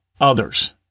others